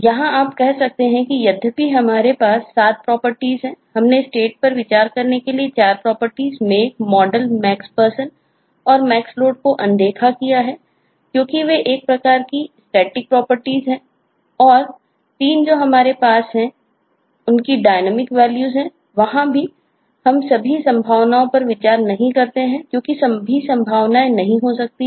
वहां भी हम सभी संभावनाओं पर विचार नहीं करते हैं क्योंकि सभी संभावनाएं नहीं हो सकती हैं